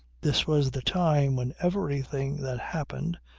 this was the time when everything that happened,